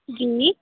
जी